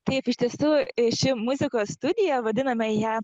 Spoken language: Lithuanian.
taip iš tiesų ši muzikos studija vadiname ją